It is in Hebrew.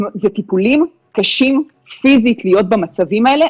וטיפולים קשים פיזית להיות במצבים האלה,